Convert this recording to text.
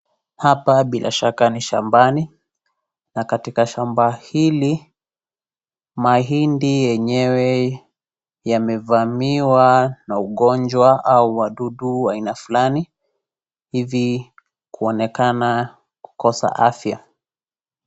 Hapa bila shaka ni shambani na katika shamba hili mahindi yenyewe yamevamiwa na ugonjwa au wadudu wa aina fulani hivi kuonekana kukosa afya.